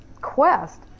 quest